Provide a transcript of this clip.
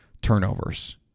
turnovers